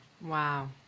Wow